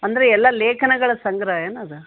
ಅಂದರೆ ಎಲ್ಲ ಲೇಖನಗಳ ಸಂಗ್ರಹ ಏನು ಅದು